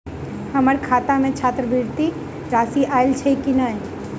हम्मर खाता मे छात्रवृति राशि आइल छैय की नै?